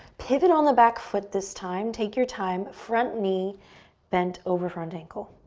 pivot on the back foot this time. take your time, front knee bent over front ankle.